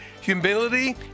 Humility